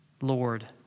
Lord